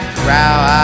crowd